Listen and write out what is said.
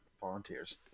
volunteers